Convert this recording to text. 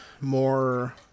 more